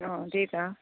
अँ त्यै त